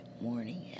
morning